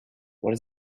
what